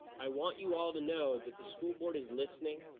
i want you all to know that the school board is listening.